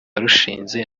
warushinze